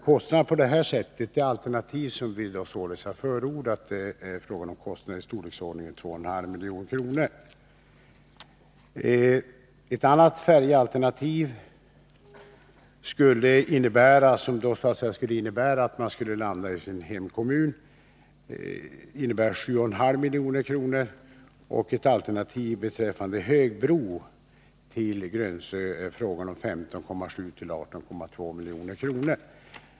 Kostnaden för det alternativ som vi har förordat belöper sig till 2,5 milj.kr. Ett färjalternativ som skulle innebära att man så att säga landade i sin hemkommun skulle kosta 7,5 milj.kr. En högbro till Grönsö skulle kosta 15,7-18,2 milj.kr.